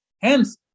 Hence